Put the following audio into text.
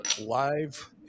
live